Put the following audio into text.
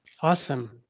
Awesome